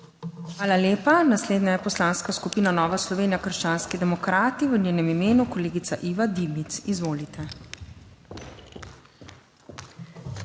Hvala lepa. Naslednja je poslanska skupina Nova Slovenija, krščanski demokrati, v njenem imenu kolegica Iva Dimic. Izvolite.